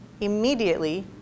Immediately